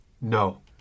No